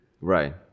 Right